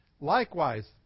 Likewise